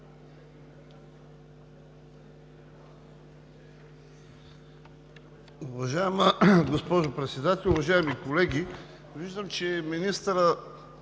Уважаема госпожо Председател, уважаеми колеги! Виждам, че министърът